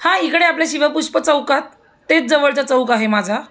हां इकडे आपल्या शिवपुष्प चौकात तेच जवळचा चौक आहे माझा